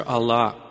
Allah